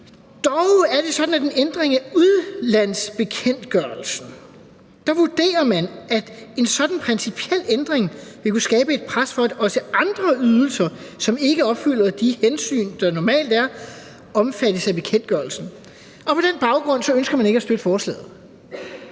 forbindelse med en ændring af udlandsbekendtgørelsen vurderer, at en sådan principiel ændring vil kunne skabe et pres for, at også andre ydelser, som ikke opfylder de hensyn, der normalt er, omfattes af bekendtgørelsen, og på den baggrund ønsker man ikke at støtte forslaget.